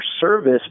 service